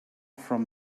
from